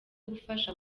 gufasha